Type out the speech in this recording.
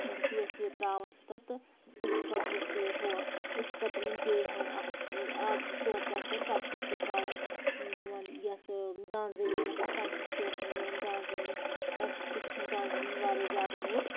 یُتھٕے أسۍ یہِ ترٛاوان چھِ تتھ أسۍ چھِ پتہٕ یُس یہِ ہوا أسۍ چھِ پتہٕ تِمن بیٚیہِ ہٮ۪وان اکھ اکھ زٕ ژور ٹریکٹر پتہٕ چھِ أسۍ یہِ تراوان یِمن یَتھ داںٛ زٔمیٖنس تَمہِ سۭتۍ چھِ أسۍ یہِ نیران داںٛ زٔمیٖن تَمہِ سۭتۍ چھُ گَژھان داںٛ زٔمیٖن وارِیاہ زیادٕ موٚٹ